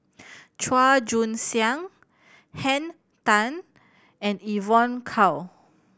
Chua Joon Siang Henn Tan and Evon Kow